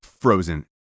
frozen